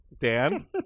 Dan